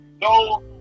No